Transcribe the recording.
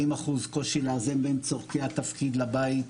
40% קושי לאזן בין צרכי התפקיד לבית.